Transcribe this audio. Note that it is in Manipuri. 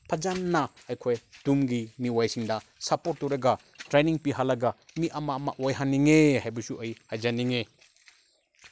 ꯐꯖꯅ ꯑꯩꯈꯣꯏ ꯇꯨꯡꯒꯤ ꯃꯤꯑꯣꯏꯁꯤꯡꯗ ꯁꯄꯣꯔꯠ ꯇꯧꯔꯒ ꯇ꯭ꯔꯦꯅꯤꯡ ꯄꯤꯍꯜꯂꯒ ꯃꯤ ꯑꯃ ꯑꯃ ꯑꯣꯏꯍꯟꯅꯤꯡꯉꯦ ꯍꯥꯏꯕꯁꯨ ꯑꯩ ꯍꯥꯏꯖꯅꯤꯡꯉꯦ